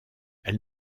elle